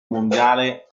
mondiale